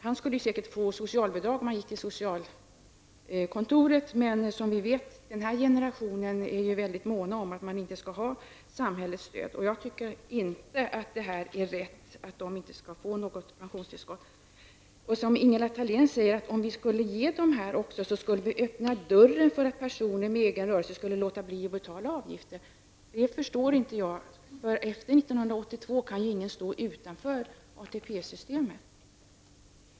Han skulle säkert få socialbidrag om han gick till socialkontoret. Men som vi vet är denna generation mycket mån om att inte ta emot samhällets stöd. Jag tycker inte att det är rätt att dessa personer inte skall få något pensionstillskott. Jag förstår inte när Ingela Thalén säger, att om dessa personer skulle ges pensionstillskott, skulle dörren öppnas för att personer med egen rörelse skulle låta bli att betala avgifter. Sedan 1982 kan ju ingen stå utanför ATP-systemet.